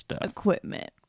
equipment